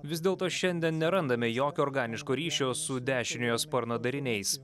vis dėlto šiandien nerandame jokio organiško ryšio su dešiniojo sparno dariniais